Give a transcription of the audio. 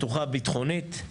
מתוחה ביטחונית,